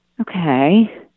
okay